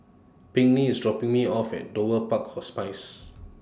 Pinkney IS dropping Me off At Dover Park Hospice